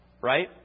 Right